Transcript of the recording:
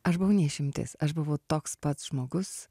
aš buvau ne išimtis aš buvau toks pats žmogus